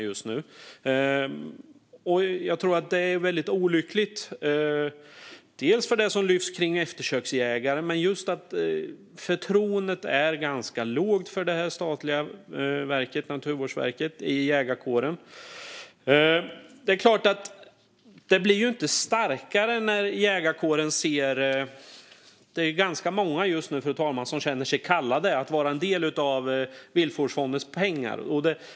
Det tror jag är väldigt olyckligt. Det handlar om det som lyfts fram kring eftersöksjägare men också om att förtroendet är ganska lågt för detta statliga verk, Naturvårdsverket, i jägarkåren, och det blir inte bättre. Det är ganska många just nu, fru talman, som känner sig kallade att få ta del av Viltvårdsfondens pengar.